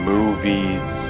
Movies